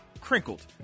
crinkled